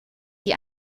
die